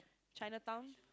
Chinatown